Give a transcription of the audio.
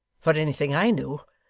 for anything i know.